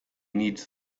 needs